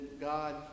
God